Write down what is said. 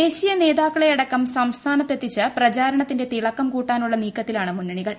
ദേശീയ നേതാക്കളെയടക്കം സംസ്ഥാനത്തെത്തിച്ച് പ്രചാരണത്തിന്റെ തിളക്കം കൂട്ടാനുള്ള നീക്കത്തിലാണ് മുന്നണികൾ